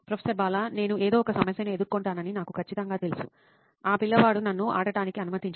professor Bala నేను ఏదో ఒక సమస్యను ఎదుర్కొంటానని నాకు ఖచ్చితంగా తెలుసు నా పిల్లవాడు నన్ను ఆడటానికి అనుమతించడు